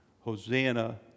Hosanna